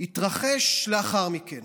התרחש לאחר מכן.